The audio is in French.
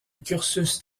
cursus